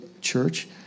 church